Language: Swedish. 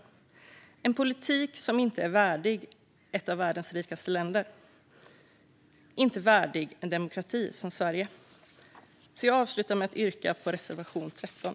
Det är en politik som inte är värdig ett av världens rikaste länder och inte är värdig en demokrati som Sverige. Jag avslutar med att åter yrka bifall till reservation 13.